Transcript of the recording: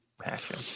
passion